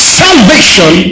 salvation